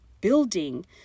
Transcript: building